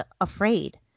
afraid